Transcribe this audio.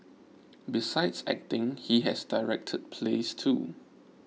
besides acting he has directed plays too